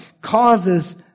causes